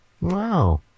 Wow